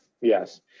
Yes